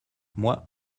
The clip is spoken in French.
moi